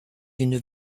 d’une